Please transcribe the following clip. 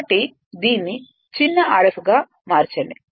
కాబట్టి దీన్ని చిన్న Rf గా మార్చండి